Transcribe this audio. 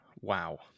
Wow